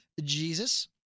Jesus